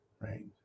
right